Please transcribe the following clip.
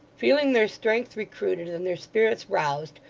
feeling their strength recruited and their spirits roused,